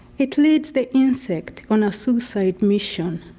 it leads the insect on a suicide mission,